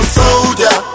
soldier